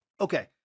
Okay